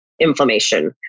inflammation